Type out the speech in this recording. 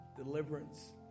Deliverance